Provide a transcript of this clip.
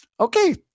Okay